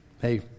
Hey